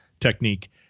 technique